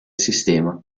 sistema